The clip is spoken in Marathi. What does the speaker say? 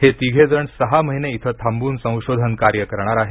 हे तिघे जण सहा महिने इथं थांबून संशोधन कार्य करणार आहेत